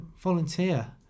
volunteer